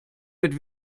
mit